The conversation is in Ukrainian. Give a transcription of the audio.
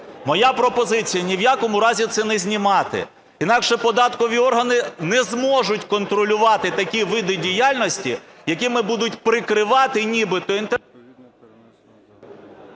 Моя пропозиція: ні в якому разі це не знімати, інакше податкові органи не зможуть контролювати такі види діяльності, якими будуть прикривати нібито… ГОЛОВУЮЧИЙ.